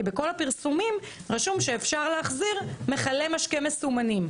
כי בכל הפרסומים רשום שאפשר להחזיר מכלי משקה מסומנים.